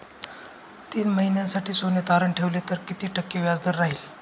तीन महिन्यासाठी सोने तारण ठेवले तर किती टक्के व्याजदर राहिल?